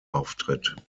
auftritt